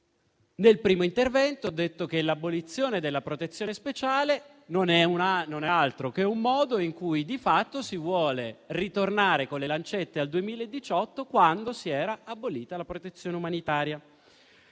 Nel primo intervento ho detto che l'abolizione della protezione speciale non è altro che un modo in cui di fatto si vuole ritornare con le lancette al 2018, quando si era abolita la protezione umanitaria.